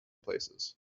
places